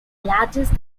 largest